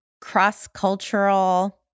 cross-cultural